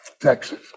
Texas